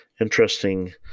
Interesting